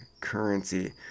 currency